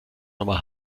nummer